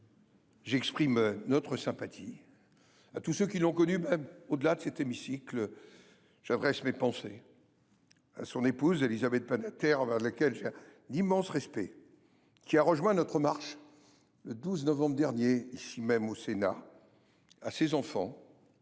j’exprime notre sympathie. À tous ceux qui l’ont connu, au delà de cet hémicycle, j’adresse mes pensées. À son épouse, Élisabeth Badinter, envers laquelle j’ai un immense respect et qui a rejoint notre marche le 12 novembre dernier, ici même au Sénat, à ses enfants,